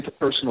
interpersonal